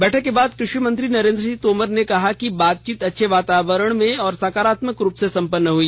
बैठक के बाद कृ षि मंत्री नरेन्द्र सिंह तोमर ने कहा कि बातचीत अच्छे वातावरण में सकारात्मक रूप से संपन्न हुई